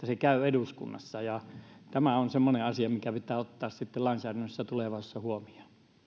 se asetus käy eduskunnassa ja tämä on semmoinen asia mikä pitää ottaa lainsäädännössä tulevaisuudessa huomioon